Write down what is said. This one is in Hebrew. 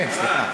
כן, סליחה.